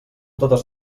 totes